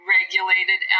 regulated